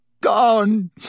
Gone